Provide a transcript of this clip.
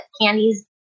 candies